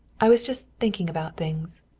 i was just thinking about things.